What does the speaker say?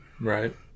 Right